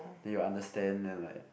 then you will understand then I'm like